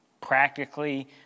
practically